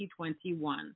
2021